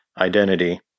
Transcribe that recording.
identity